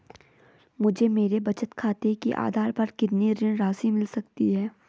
मुझे मेरे बचत खाते के आधार पर कितनी ऋण राशि मिल सकती है?